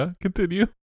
continue